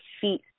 feet